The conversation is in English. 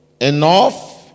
enough